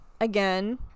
again